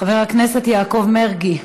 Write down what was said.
חבר הכנסת יעקב מרגי,